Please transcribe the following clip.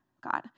God